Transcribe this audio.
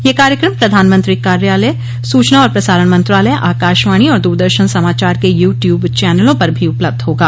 यह कार्यक्रम प्रधानमंत्री कार्यालय सूचना और प्रसारण मंत्रालय आकाशवाणी और दूरदर्शन समाचार के यू ट्यूब चैनलों पर भी उपलब्ध होगा